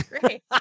Great